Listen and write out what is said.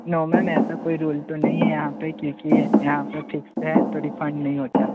no ma'am ऐसा कोई rule तो नहीं है यहाँ पर क्योंकि ये यहाँ पर फिक्स्ड है तो रिफंड नहीं होता